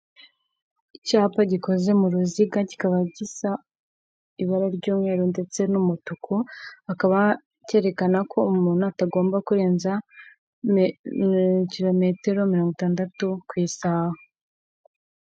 Icyapa gikoze mu ruziga kikaba gisa ibara ry'umweru ndetse n'umutuku, kiba cyerekana ko umuntu atagomba kurenza metero mirongo itandatu ku isaha.